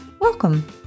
Welcome